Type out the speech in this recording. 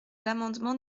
l’amendement